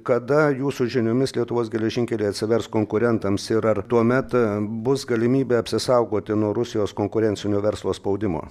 kada jūsų žiniomis lietuvos geležinkeliai atsivers konkurentams ir ar tuomet bus galimybė apsisaugoti nuo rusijos konkurencinio verslo spaudimo